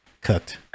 cooked